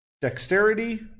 dexterity